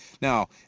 Now